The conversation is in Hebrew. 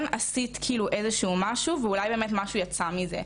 עשית איזה שהוא משהו ואולי באמת משהו יצא מזה,